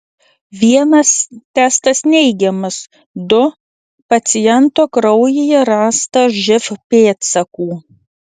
vienas testas neigiamas du paciento kraujyje rasta živ pėdsakų